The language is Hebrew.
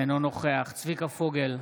אינו נוכח צביקה פוגל,